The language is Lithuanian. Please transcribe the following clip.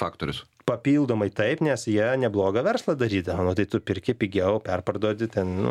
faktorius papildomai taip nes jie neblogą verslą darydavo tai tu perki pigiau perparduoti ten